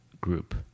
Group